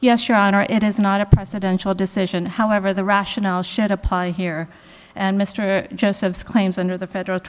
yes your honor it is not a presidential decision however the rationale should apply here and mr joseph claims under the federal